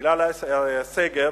בגלל הסגר.